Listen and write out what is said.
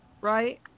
Right